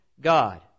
God